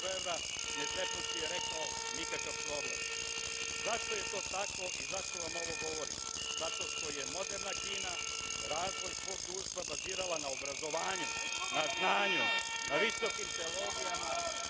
gde je rečeno nikakav problem. Zašto je to tako i zašto vam ovo govorim? Zato što je moderna Kina razvoj svog društva bazirala na obrazovanju, na znanju, na visokim tehnologijama